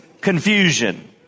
confusion